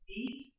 eat